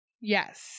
yes